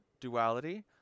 duality